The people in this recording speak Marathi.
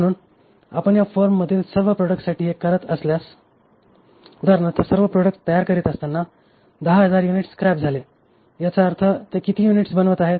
म्हणून आपण या फर्ममधील सर्व प्रोडक्ट्ससाठी हे करत असल्यास उदाहरणार्थ सर्व प्रोडक्ट्स तयार करीत असताना 10000 युनिट्स स्क्रॅप झाले याचा अर्थ ते किती युनिट्स बनवित आहेत